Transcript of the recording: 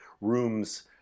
rooms